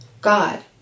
God